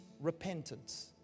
repentance